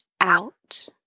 out